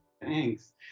Thanks